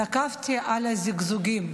תקפתי על הזיגזוגים.